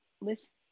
list